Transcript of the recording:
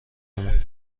مون